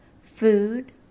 food